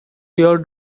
your